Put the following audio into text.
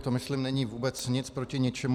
To myslím není vůbec nic proti ničemu.